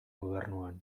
gobernuan